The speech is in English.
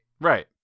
Right